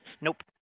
Nope